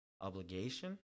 obligation